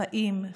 חיים,